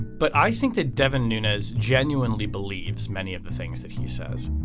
but i think that devon nunez genuinely believes many of the things that he says